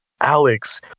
Alex